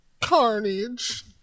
carnage